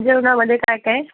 जेवणामधे काय काय